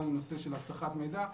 על נושא של הבטחת מידע.